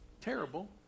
terrible